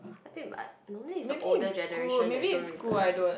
I think but normally is the older generation that don't return